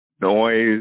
noise